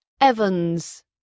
Evans